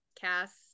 Cass